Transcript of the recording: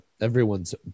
everyone's